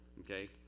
Okay